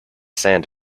sand